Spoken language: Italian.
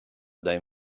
dai